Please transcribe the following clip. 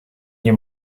nie